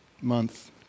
month